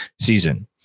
season